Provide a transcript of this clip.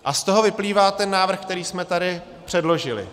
A z toho vyplývá ten návrh, který jsme tady předložili.